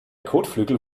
kotflügel